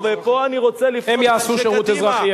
ופה אני רוצה לפנות לאנשי קדימה,